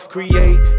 Create